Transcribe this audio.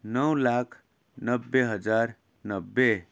नौ लाख नब्बे हजार नब्बे